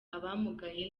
abamugaye